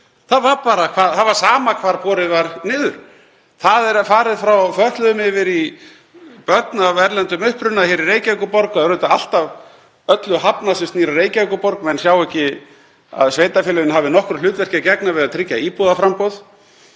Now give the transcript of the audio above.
peningum í. Það var sama hvar borið var niður. Það er farið frá fötluðum yfir í börn af erlendum uppruna hér í Reykjavíkurborg — það er alltaf öllu hafnað sem snýr að Reykjavíkurborg, menn sjá ekki að sveitarfélögin hafi nokkru hlutverki að gegna við að tryggja íbúðaframboð.